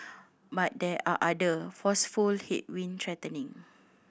but there are other forceful headwind threatening